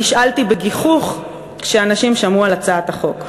נשאלתי בגיחוך כשאנשים שמעו על הצעת החוק.